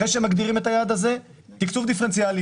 אחרי שמגדירים את היעד הזה תקצוב דיפרנציאלי.